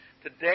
Today